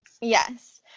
Yes